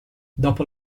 dopo